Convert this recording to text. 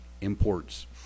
imports